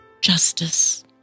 justice